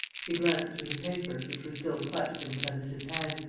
he glanced through the paper, which was still clutched in clarisse' hand,